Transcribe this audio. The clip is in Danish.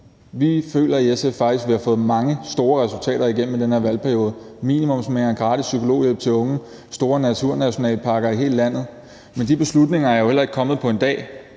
Vi føler i SF faktisk, at vi har fået mange store resultater igennem i den her valgperiode: minimumsnormeringer, gratis psykologhjælp til unge, store naturnationalparker i hele landet. Men de beslutninger er jo heller ikke kommet på en dag,